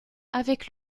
avec